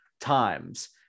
times